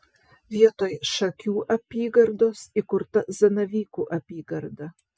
vietoj šakių apygardos įkurta zanavykų apygarda